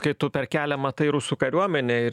kai tu per kelią matai rusų kariuomenė ir